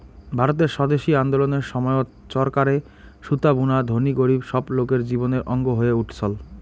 ভারতের স্বদেশি আন্দোলনের সময়ত চরকারে সুতা বুনা ধনী গরীব সব লোকের জীবনের অঙ্গ হয়ে উঠছল